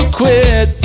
quit